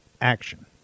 action